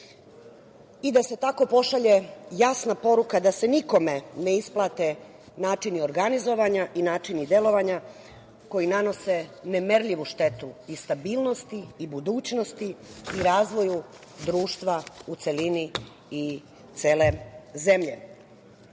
i da se tako pošalje jasna poruka da se niko ne isplate načini organizovanja i načini delovanja koji nanose nemerljivu štetu i stabilnosti i budućnosti i razvoju društva u celini i cele zemlje. Još